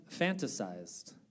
fantasized